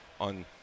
on